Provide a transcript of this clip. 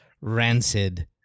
rancid